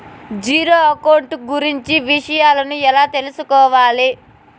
Zero account కు గురించి విషయాలను ఎలా తెలుసుకోవాలి?